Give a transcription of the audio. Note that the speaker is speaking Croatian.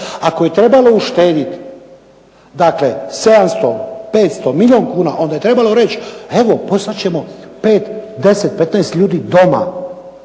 Ako je trebalo uštediti, dakle 700, 500, milijun kuna onda je trebalo reći evo poslat ćemo 5, 10, 15 ljudi doma.